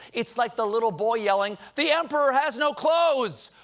it's like the little boy yelling, the emperor has no clothes!